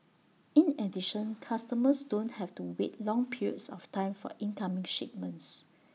in addition customers don't have to wait long periods of time for incoming shipments